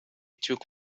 took